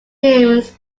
dreams